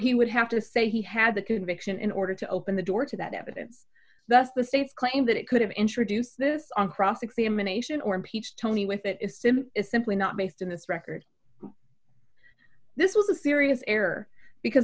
he would have to say he had the conviction in order to open the door to that evidence thus the state's claim that it could have introduced this on cross examination or impeach tony with it is sin is simply not based on this record this was a serious error because